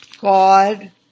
God